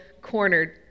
cornered